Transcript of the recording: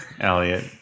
Elliot